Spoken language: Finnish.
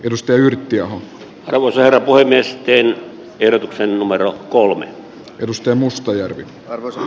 elusta yrttiaho kaivoi sieltä voi myös teen ehdotuksen numero kolme rustem mustajärvi arvo